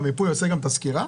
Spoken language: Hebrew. המיפוי עושה גם את הסקר,